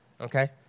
okay